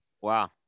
Wow